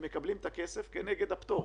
הם מקבלים את הכסף כנגד הפטור.